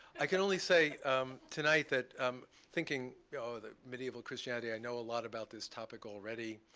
i can only say um tonight that i'm thinking, oh, the medieval christianity, i know a lot about this topic already.